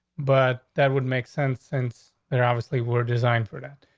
but that would make sense, since they're obviously were designed for that.